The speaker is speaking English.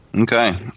Okay